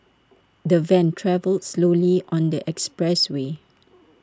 the van travelled slowly on the expressway